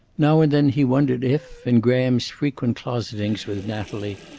now and then he wondered if, in graham's frequent closetings with natalie,